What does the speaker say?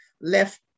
left